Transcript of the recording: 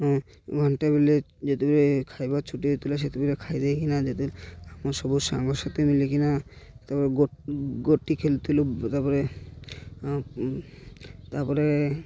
ହଁ ଘଣ୍ଟେ ବେଳେ ଯେତେବେଳେ ଖାଇବା ଛୁଟି ହେଉଥିଲା ସେତେବେଳେ ଖାଇଦେଇକିନା ଯେତେବେଳେ ଆମର୍ ସବୁ ସାଙ୍ଗସାଥି ମିଳିକିନା ତା'ପରେ ଗୋଟି ଖେଳୁଥିଲୁ ତା'ପରେ ତା'ପରେ